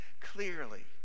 clearly